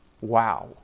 Wow